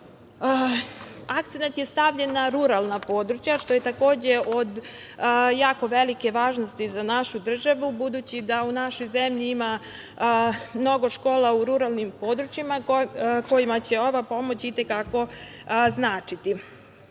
Akcenat je stavljen na ruralna područja, što je takođe od jako velike važnosti za našu državu, budući da u našoj zemlji ima mnogo škola u ruralnim područjima, kojima će ova pomoć i te kako značiti. Sada